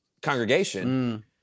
congregation